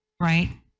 right